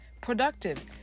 productive